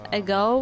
ago